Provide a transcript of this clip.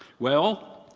well,